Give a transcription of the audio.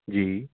جی